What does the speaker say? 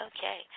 Okay